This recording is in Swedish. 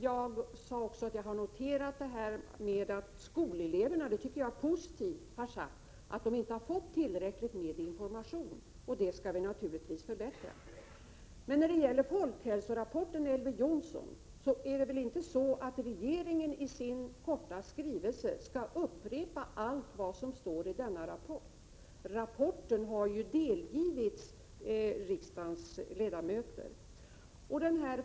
Jag sade också att jag noterat att skolelever har sagt — och det tycker jag är positivt — att de inte fått tillräckligt med information. Vi skall naturligtvis förbättra informationen. När det gäller folkhälsorapporten vill jag säga till Elver Jonsson att regeringen väl inte i sin korta skrivning skall upprepa allt som står i denna rapport. Rapporten har ju delgivits riksdagens ledamöter.